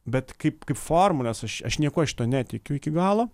bet kaip kaip formulės aš aš niekuo šituo netikiu iki galo